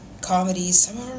comedies